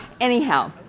Anyhow